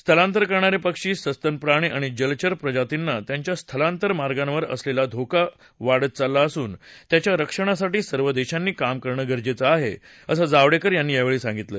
स्थलांतर करणारे पक्षी सस्तन प्राणी आणि जलचर प्रजातींना त्यांच्या स्थलांतर मार्गावर असलेला धोका वाढत चालला असून त्यांच्या रक्षणासाठी सर्व देशांनी काम करणं गरजेचं आहे असं जावडेकर यांनी यावेळी सांगितलं